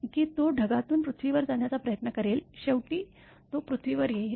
की तो ढगातून पृथ्वीवर जाण्याचा प्रयत्न करेल शेवटी तो पृथ्वीवर येईल